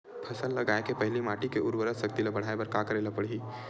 फसल लगाय के पहिली माटी के उरवरा शक्ति ल बढ़ाय बर का करेला पढ़ही?